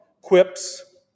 quips